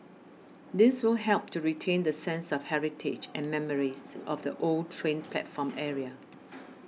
this will help to retain the sense of heritage and memories of the old train platform area